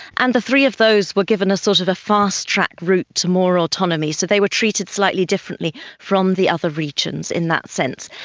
and the three of those were given a sort of a fast-track route to more autonomy, so they were treated slightly differently from the other regions in that sense.